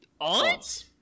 aunt